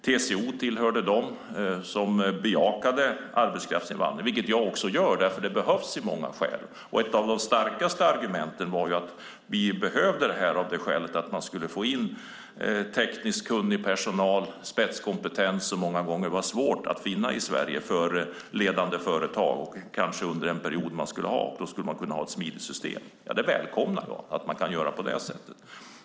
TCO tillhörde dem som bejakade arbetskraftsinvandring. Det gör också jag, för den behövs av många skäl. Ett av de starkaste argumenten var att vi behövde det här för att få in tekniskt kunnig personal och spetskompetens som många gånger varit svår att finna i Sverige för ledande företag, kanske under en period när de behövde det, och då skulle det finnas ett smidigt system. Jag välkomnar att man kan göra på det sättet.